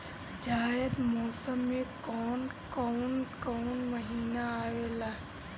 जायद मौसम में कौन कउन कउन महीना आवेला?